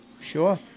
Sure